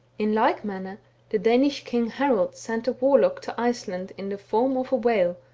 in like manner the danish king harold sent a warlock to iceland in the form of a whale,